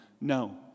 No